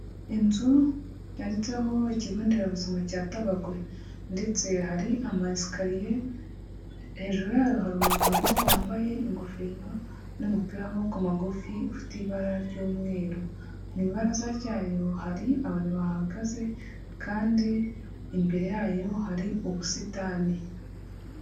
Inzu yanditseho ikigonderabuzima cya Tabagwe ndetse hari ama esikariye hejuru yayo hari umugabo wambaye ingofero n'umupira w'amaboko magufi ufite ibara ry'umweru mu ibaraza ryayo hari abantu bahahagaze kandi imbere yayo hari ubusitani.